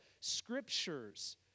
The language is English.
scriptures